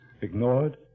ignored